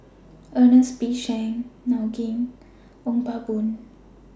Ernest P Shanks Gao Ning and Ong Pang Boon